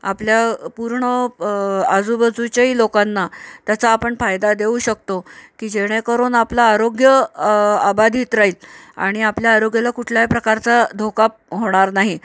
आपल्या पूर्ण आजूबाजूच्याही लोकांना त्याचा आपण फायदा देऊ शकतो की जेणेकरून आपलं आरोग्य अबाधित राहीत आणि आपल्या आरोग्याला कुठल्याही प्रकारचा धोका होणार नाही